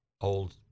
old